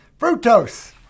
fructose